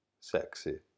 sexy